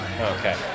Okay